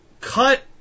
cut